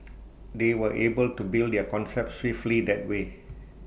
they were able to build their concept swiftly that way